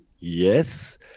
yes